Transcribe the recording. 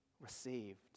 received